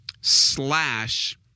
slash